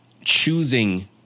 choosing